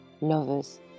lovers